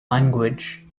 language